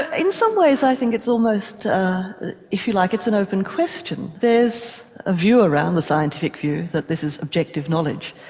in some ways i think it's almost if you like an open question. there's a view around, the scientific view, that this is objective knowledge.